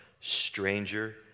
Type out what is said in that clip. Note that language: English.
stranger